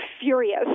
furious